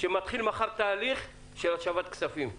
שמתחיל מחר תהליך של השבת כספים ללקוחות.